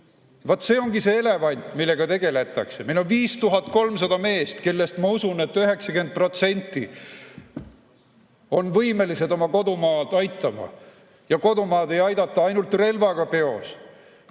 see ongi see elevant, millega tegeldakse. Meil on 5300 meest, kellest ma usun, et 90% on võimelised oma kodumaad aitama. Kodumaad ei aidata ainult relv peos,